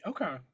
Okay